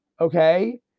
okay